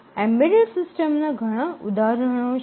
embedded સિસ્ટમના ઘણા ઉદાહરણો છે